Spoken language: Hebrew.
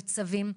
בצווים.